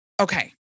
okay